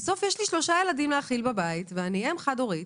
בסוף יש לי שלושה ילדים להאכיל בבית ואני אם חד-הורית